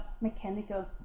mechanical